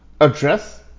Address